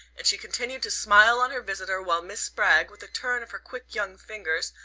and she continued to smile on her visitor while miss spragg, with a turn of her quick young fingers,